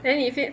then if it